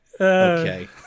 Okay